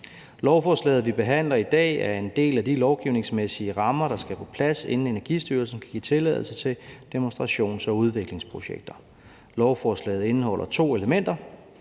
Lovforslaget, som vi behandler i dag, er en del af de lovgivningsmæssige rammer, der skal på plads, inden Energistyrelsen kan give tilladelse til demonstrations- og udviklingsprojekter. Lovforslaget indeholder to elementer.